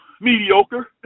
mediocre